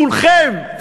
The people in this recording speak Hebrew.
כולכם,